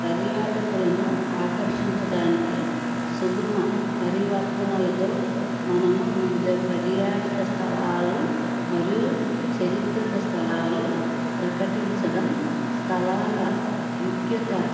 పర్యాటకులను ఆకర్షించడానికి సుగుమ పరివర్తనలతో మనము వివిధ పర్యాటక స్థలాలు మరియు చరిత్రక స్థలాలు ప్రకటించడం స్థలాల ముఖ్యత